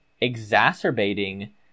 exacerbating